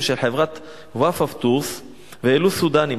של חברת 'וופא טורס' והעלו סודנים.